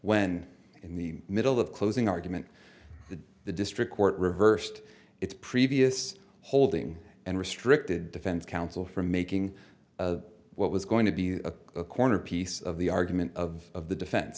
when in the middle of closing argument the district court reversed its previous holding and restricted defense counsel from making what was going to be a corner piece of the argument of the defense